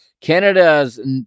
Canada's